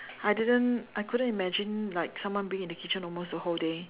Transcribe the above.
I didn't I couldn't imagine like someone being in the kitchen almost the whole day